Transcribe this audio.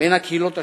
בין הקהילות השונות.